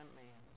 man